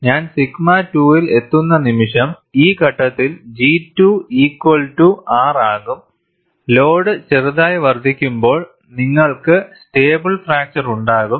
ഞാൻ സിഗ്മ 2 ൽ എത്തുന്ന നിമിഷം ഈ ഘട്ടത്തിൽ G2 ഈക്വൽ ടു R ആകും ലോഡ് ചെറുതായി വർദ്ധിക്കുമ്പോൾ നിങ്ങൾക്ക് സ്റ്റേബിൾ ഫ്രാക്ചർ ഉണ്ടാകും